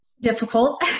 Difficult